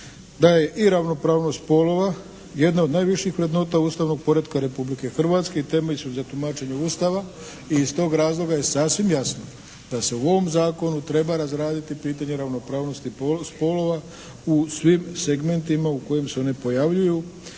da je i ravnopravnost spolova jedna od najviših vrednota ustavnog poretka Republike Hrvatske i temelj su za tumačenje Ustava i iz tog razloga je sasvim jasno da se u ovom zakonu treba razraditi pitanje ravnopravnosti spolova u svim segmentima u kojima se oni pojavljuju